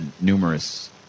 numerous